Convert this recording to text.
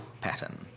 pattern